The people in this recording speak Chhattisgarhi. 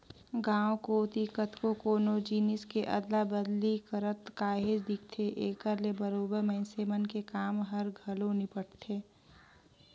गाँव कोती कतको कोनो जिनिस के अदला बदली करत काहेच दिखथे, एकर ले बरोबेर मइनसे मन के काम हर घलो निपटथे